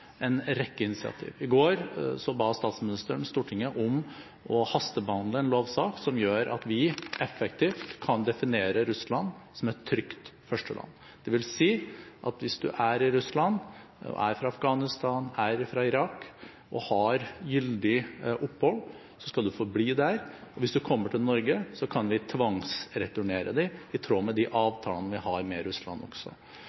en rekke initiativ. I går ba statsministeren Stortinget om å hastebehandle en lovsak som gjør at vi effektivt kan definere Russland som et trygt førsteland, dvs. at hvis en er i Russland og er fra Afghanistan eller fra Irak og har gyldig opphold, skal en få bli der. Og hvis en kommer til Norge, kan vi tvangsreturnere ham eller henne, i tråd med de avtalene vi har med Russland.